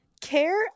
Care